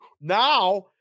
now